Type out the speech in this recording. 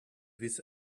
this